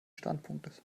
standpunktes